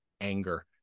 anger